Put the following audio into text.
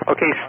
Okay